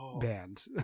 band